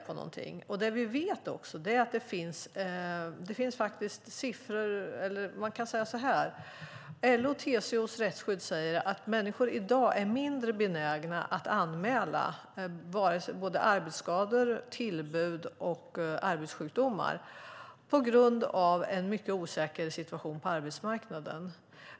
Man kan säga så här: LO:s och TCO:s rättsskydd säger att människor i dag är mindre benägna att anmäla såväl arbetsskador som tillbud och arbetssjukdomar, på grund av en mycket osäker situation på arbetsmarknaden.